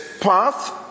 path